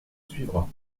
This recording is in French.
suivra